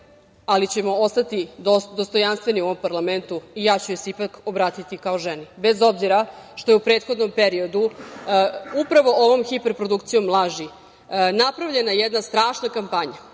ali ćemo ostati dostojanstveni u ovom parlamentu i ja ću joj se ipak obratiti kao ženi, bez obzira što je u prethodnom periodu upravo ovom hiper produkcijom laži napravljena jedna strašna kampanja,